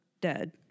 dead